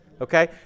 Okay